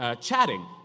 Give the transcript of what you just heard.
chatting